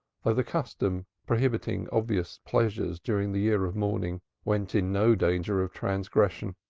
though the custom prohibiting obvious pleasures during the year of mourning went in no danger of transgression,